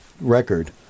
record